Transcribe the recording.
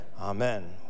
Amen